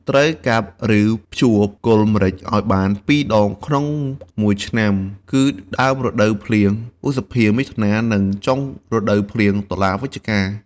ត្រូវកាប់ ឬ ភ្ជួរគល់ម្រេចឱ្យបាន២ដងក្នុង១ឆ្នាំគឺដើមរដូវភ្លៀង ឧសភា-មិថុនា និងចុងរដូវភ្លៀង តុលា-វិច្ឆិកា។